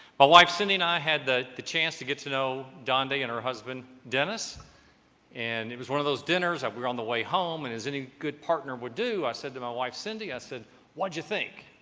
but wife cindy and i had the the chance to get to know don day and her husband dennis and it was one of those dinners that we were on the way home and his any good partner would do i said to my wife cindy i said what you think